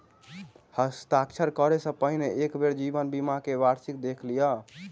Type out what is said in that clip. हस्ताक्षर करअ सॅ पहिने एक बेर जीवन बीमा के वार्षिकी देख लिअ